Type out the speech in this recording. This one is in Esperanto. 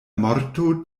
morto